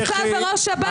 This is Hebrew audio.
מפכ"ל וראש שב"כ,